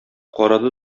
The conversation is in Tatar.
карады